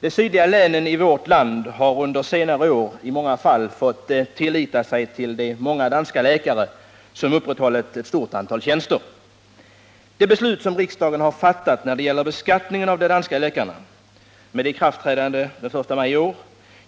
De sydliga länen i vårt land har under senare år i många fall fått förlita sig på de många danska läkare som upprätthållit ett stort antal tjänster. Det beslut som riksdagen har fattat när det gäller beskattningen av de danska läkarna med ikraftträdande den 1 maj i år